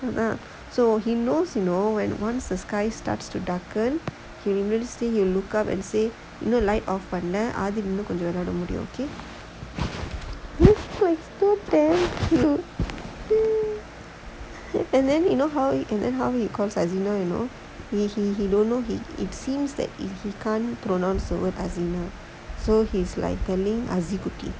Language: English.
ya so he knows you know when once the sky starts to darken he will look up and say இன்னும்:innum light off பண்ணல அதுனால இன்னும் கொஞ்சம் விளையாட முடியும்:pannala athunaala innum konjam vilaiyaada mudiyum I'm so thankful so cute and then you know he seems that he can't pronounce